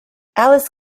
alice